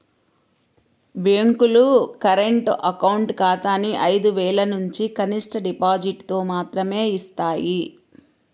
బ్యేంకులు current account ఖాతాని ఐదు వేలనుంచి కనిష్ట డిపాజిటుతో మాత్రమే యిస్తాయి